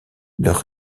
leurs